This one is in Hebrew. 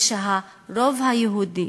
ושהרוב היהודי,